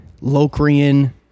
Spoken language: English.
Locrian